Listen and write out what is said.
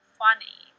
funny